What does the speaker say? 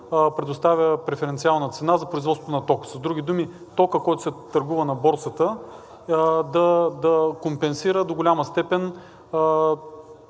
предоставя преференциална цена за производство на ток. С други, думи токът, който се търгува на борсата, да компенсира до голяма степен